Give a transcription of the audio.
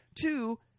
Two